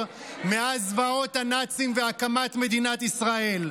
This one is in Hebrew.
מאז זוועות הנאצים והקמת מדינת ישראל.